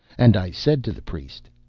and i said to the priest,